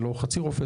זה לא חצי רופא,